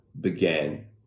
began